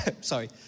sorry